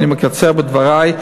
אני מקצר בדברי,